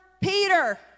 Peter